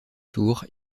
tours